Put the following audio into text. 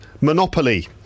Monopoly